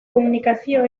komunikazio